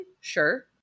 Sure